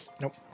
Nope